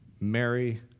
Mary